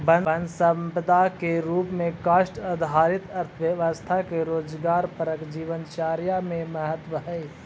वन सम्पदा के रूप में काष्ठ आधारित अर्थव्यवस्था के रोजगारपरक जीवनचर्या में महत्त्व हइ